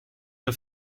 her